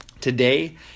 Today